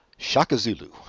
Shakazulu